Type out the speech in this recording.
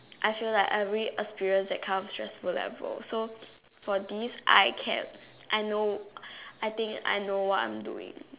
I feel like I already experience that kind of stressful level so for this I can I know I think I know what I'm doing